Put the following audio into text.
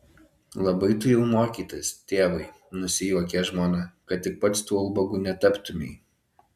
labai tu jau mokytas tėvai nusijuokė žmona kad tik pats tuo ubagu netaptumei